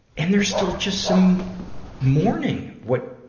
and there's still just some mourning what,